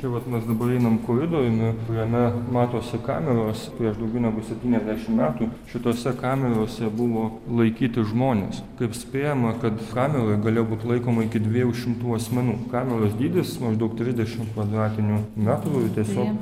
čia vat mes dabar einam koridoriumi kuriame matosi kameros prieš daugiau negu septyniasdešimt metų šitose kamerose buvo laikyti žmonės kaip spėjama kad kameroj galėjo būt laikoma iki dviejų šimtų asmenų kameros dydis maždaug trisdešimt kvadratinių metrų ir tiesiog